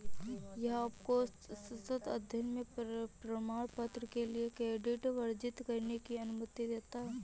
यह आपको सतत अध्ययन में प्रमाणपत्र के लिए क्रेडिट अर्जित करने की अनुमति देता है